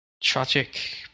tragic